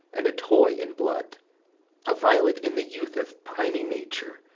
and a toy in blood a violet in the youth of primy nature,